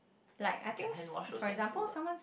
can handwash those handful lah